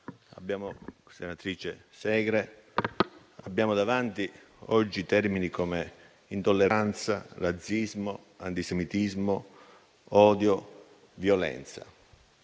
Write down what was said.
colleghi, senatrice Segre, abbiamo davanti a noi, oggi, termini come intolleranza, razzismo, antisemitismo, odio e violenza.